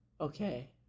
Okay